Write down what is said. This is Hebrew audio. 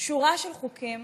שורה של חוקים